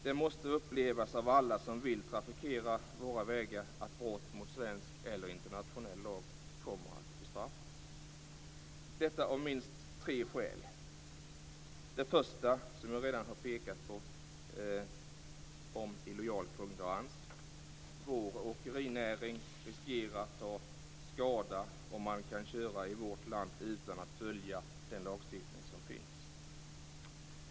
Det måste upplevas av alla som vill trafikera våra vägar att brott mot svensk eller internationell lag kommer att bestraffas - detta av minst tre skäl: Det första skälet har jag redan pekat på, och det är illojal konkurrens. Vår åkerinäring riskerar att ta skada om man kan köra i vårt land utan att följa den lagstiftning som finns.